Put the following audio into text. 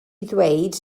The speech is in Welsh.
ddweud